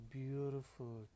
beautiful